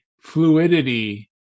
fluidity